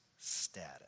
status